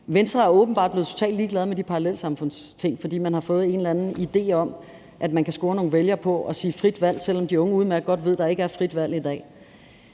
blevet totalt ligeglade med de parallelsamfundsting, fordi man har fået en eller anden idé om, at man kan score nogle vælgere på at sige frit valg, selv om de unge udmærket godt ved, at der ikke er frit valg i dag.